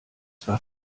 zwar